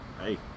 hey